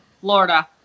Florida